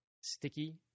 sticky